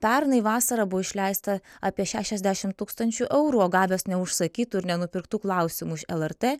pernai vasarą buvo išleista apie šešiasdešim tūkstančių eurų o gavęs neužsakytų ir nenupirktų klausimų iš elartė